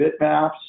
bitmaps